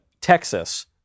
Texas